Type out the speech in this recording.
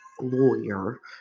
lawyer